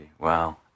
wow